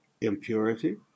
impurity